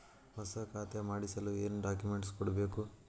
ಹೊಸ ಖಾತೆ ಮಾಡಿಸಲು ಏನು ಡಾಕುಮೆಂಟ್ಸ್ ಕೊಡಬೇಕು?